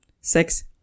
Six